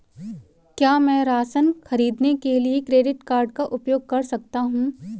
क्या मैं राशन खरीदने के लिए क्रेडिट कार्ड का उपयोग कर सकता हूँ?